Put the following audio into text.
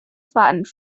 flattened